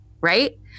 Right